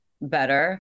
better